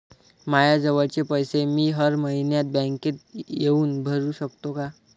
मायाजवळचे पैसे मी हर मइन्यात बँकेत येऊन भरू सकतो का?